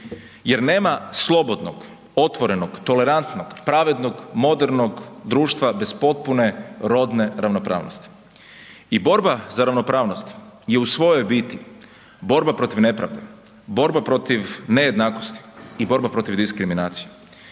jer nema slobodnog, otvorenog, tolerantnog, pravednog, modernog društva bez potpune rodne ravnopravnosti. I borba za ravnopravnost je u svojoj biti borba protiv nepravde, borba protiv nejednakosti i borba protiv diskriminacije